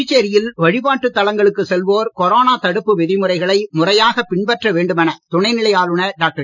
புதுச்சேரியில் வழிபாட்டுத் தலங்களுக்குச் செல்வோர் கொரோனா தடுப்பு விதிமுறைகளை முறையாகப் பின்பற்ற வேண்டுமென துணைநிலை ஆளுனர் டாக்டர்